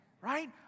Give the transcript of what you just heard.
Right